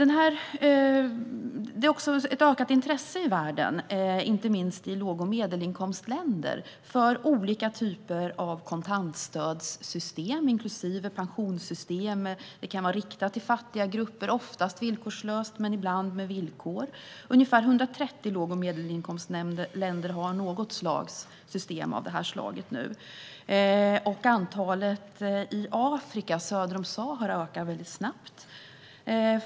Det finns också ett ökat intresse i världen, inte minst i låg och medelinkomstländer, för olika typer av kontantstödssystem, inklusive pensionssystem. Det kan vara riktat till fattiga grupper, oftast villkorslöst men ibland med villkor. Ungefär 130 låg och medelinkomstländer har något system av detta slag. Antalet länder i Afrika söder om Sahara ökar snabbt.